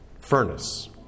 furnace